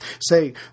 say